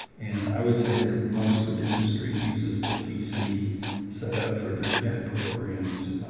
and i would say that most of industry uses the pc set up for their cad programs.